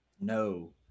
No